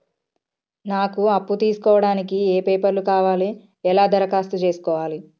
నాకు అప్పు తీసుకోవడానికి ఏ పేపర్లు కావాలి ఎలా దరఖాస్తు చేసుకోవాలి?